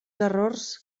errors